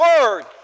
word